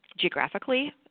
geographically